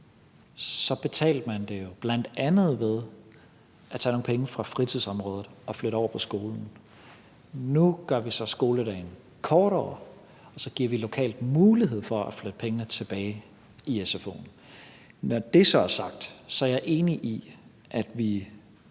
betalte man det jo bl.a. ved at tage nogle penge fra fritidsområdet og flytte over på skolen. Nu gør vi så skoledagen kortere, og så giver vi lokalt mulighed for at flytte pengene tilbage i sfo'en. Når det så er sagt, er jeg enig i, at vi